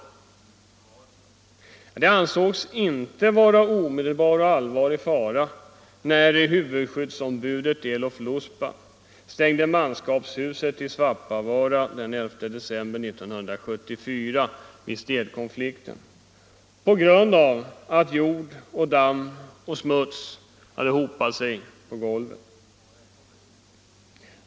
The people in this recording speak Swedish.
Det ansågs inte vara omedelbar och allvarlig fara när huvudskyddsombudet Elof Luspa stängde manskapshuset i Svappavaara den 11 december 1974, vid städkonflikten, på grund av att jord, damm och smuts hade hopat sig på golvet.